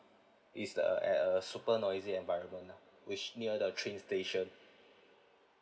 it's like a at a super noisy environment lah which near the train station